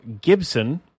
Gibson